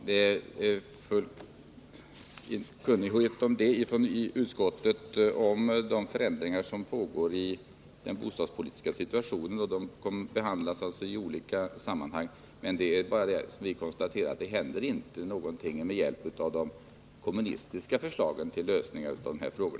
Herr talman! Inom utskottet råder god kunskap om de förändringar som skett i den bostadspolitiska situationen, och de behandlas i olika sammanhang. Vad vi har konstaterat är att ingenting händer med hjälp av de kommunistiska förslagen till lösningar av dessa frågor.